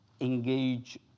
engage